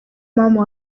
mama